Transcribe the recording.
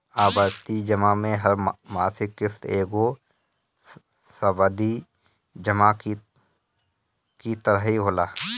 आवर्ती जमा में हर मासिक किश्त एगो सावधि जमा की तरही होला